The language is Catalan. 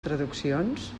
traduccions